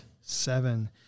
Seven